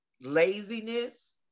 laziness